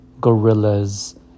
gorillas